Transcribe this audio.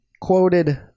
quoted